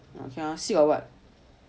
okay lor still got what